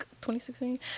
2016